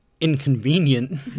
inconvenient